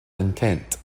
intent